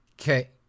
okay